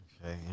Okay